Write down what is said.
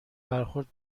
برخورد